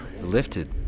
lifted